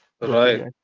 right